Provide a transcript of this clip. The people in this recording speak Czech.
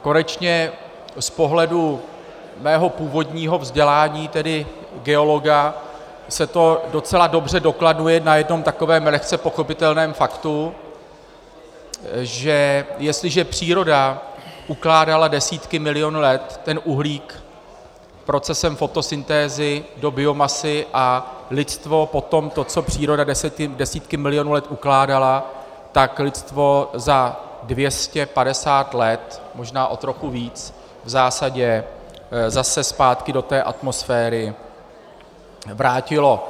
Konečně z pohledu mého původního vzdělání, tedy geologa, se to docela dobře dokladuje na jednom takovém lehce pochopitelném faktu, že jestliže příroda ukládala desítky milionů let ten uhlík procesem fotosyntézy do biomasy a lidstvo potom to, co příroda desítky milionů let ukládala, tak lidstvo za 250 let, možná o trochu víc, v zásadě zase zpátky do té atmosféry vrátilo.